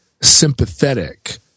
sympathetic